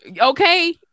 Okay